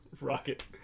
Rocket